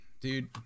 Dude